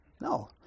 No